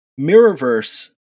Mirrorverse